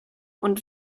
und